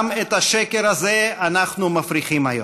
גם את השקר הזה אנחנו מפריכים היום.